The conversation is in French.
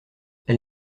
elle